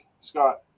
Scott